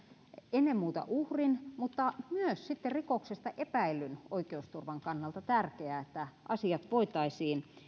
ennen muuta uhrin mutta myös sitten rikoksesta epäillyn oikeusturvan kannalta tärkeää että asiat voitaisiin